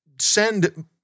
send